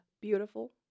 Beautiful